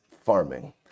farming